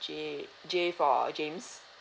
J J for james